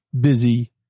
busy